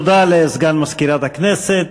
תודה לסגן מזכירת הכנסת.